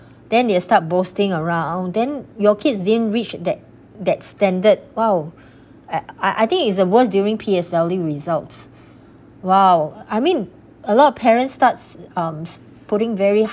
then they start boasting around then your kids didn't reach that that standard !wow! I I think it's the worst during P_S_L_E results !wow! I mean a lot of parents starts um putting very